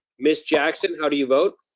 miss jackson, how do you vote?